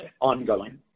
Ongoing